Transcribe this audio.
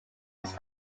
his